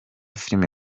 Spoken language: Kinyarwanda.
filime